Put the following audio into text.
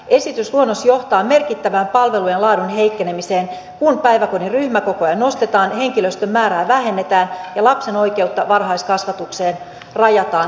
esitysluonnos johtaa merkittävään palvelujen ja laadun heikkenemiseen kun päiväkodin ryhmäkokoja nostetaan henkilöstön määrää vähennetään ja lapsen oikeutta varhaiskasvatukseen rajataan epäoikeudenmukaisella tavalla